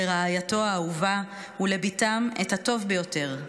לרעייתו האהובה ולבתם את הטוב ביותר,